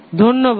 ধন্যবাদ